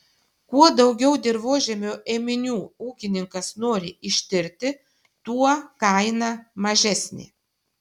kuo daugiau dirvožemio ėminių ūkininkas nori ištirti tuo kaina mažesnė